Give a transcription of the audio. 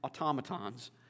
automatons